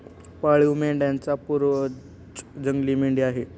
पाळीव मेंढ्यांचा पूर्वज जंगली मेंढी आहे